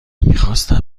میخواستم